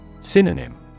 Synonym